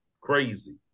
crazy